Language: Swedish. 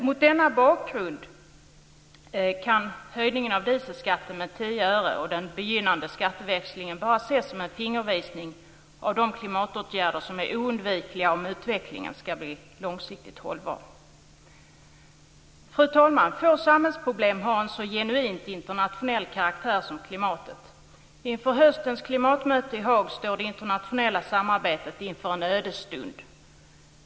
Mot denna bakgrund kan höjningen av dieselskatten med 10 öre och den begynnande skatteväxlingen bara ses som en fingervisning om de klimatåtgärder som är oundvikliga om utvecklingen ska bli långsiktigt hållbar. Fru talman! Få samhällsproblem har en så genuint internationell karaktär som klimatet. Inför höstens klimatmöte i Haag står det internationella samarbetet inför en ödesstund.